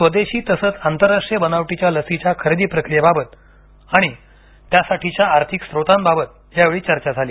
स्वदेशी तसंच आंतरराष्ट्रीय बनावटीच्या लसीच्या खरेदी प्रक्रियेबाबत आणि त्यासाठीच्या आर्थिक स्त्रोतांबाबत यावेळी चर्चा झाली